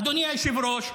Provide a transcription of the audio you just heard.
אדוני היושב-ראש,